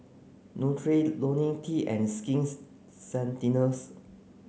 Nutren Lonil T and Skins Ceuticals